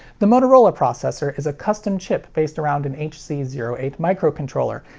the motorola processor is a custom chip based around an h c zero eight microcontroller,